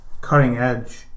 cutting-edge